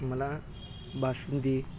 मला बासुंदी